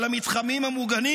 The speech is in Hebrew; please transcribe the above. על המתחמים המוגנים,